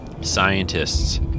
scientists